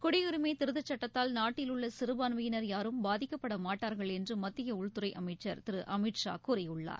குடியுரிமை திருத்தச் சுட்டத்தால் நாட்டில் உள்ள சிறுபான்மையினர் யாரும் பாதிக்கப்பட மாட்டார்கள் என்று மத்திய உள்துறை அமைச்சர் திரு அமித் ஷா கூறியுள்ளார்